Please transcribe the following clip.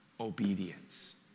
Obedience